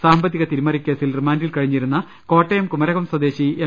സാമ്പത്തിക തിരിമറിക്കേസിൽ റിമാന്റിൽ കഴിഞ്ഞി രുന്ന കോട്ടയം കുമരകം സ്വദേശി എം